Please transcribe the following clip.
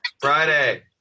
Friday